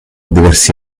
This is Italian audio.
diversi